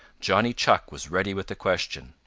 johnny chuck was ready with a question.